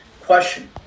question